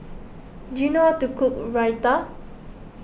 do you know how to cook Raita